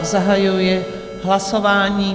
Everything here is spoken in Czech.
Zahajuji hlasování.